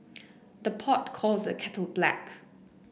the pot calls the kettle black